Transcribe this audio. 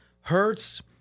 Hurts